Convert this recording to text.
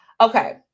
Okay